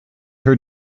her